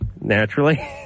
naturally